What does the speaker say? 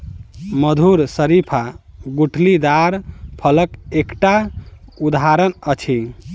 मधुर शरीफा गुठलीदार फलक एकटा उदहारण अछि